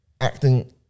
acting